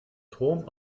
turm